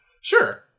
Sure